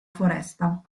foresta